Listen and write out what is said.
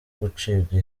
gucibwa